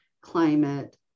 climate